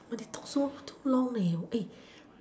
but they talk so still so long